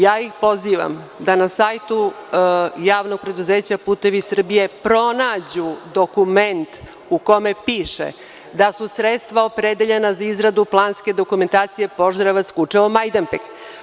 Ja ih pozivam da na sajtu javnog preduzeća „Putevi Srbije“ pronađu dokument u kome piše da su sredstva opredeljena za izradu planske dokumentacije Požarevac-Kučevo-Majdanpek.